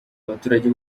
abaturage